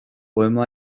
poema